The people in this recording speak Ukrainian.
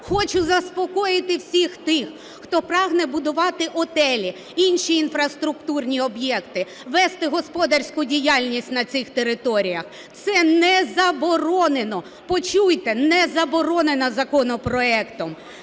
Хочу заспокоїти всіх тих, хто прагне будувати готелі, інші інфраструктурні об'єкти, вести господарську діяльність на цих територіях, це не заборонено. Почуйте, не заборонено законопроектом.